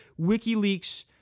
WikiLeaks